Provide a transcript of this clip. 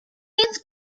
orleans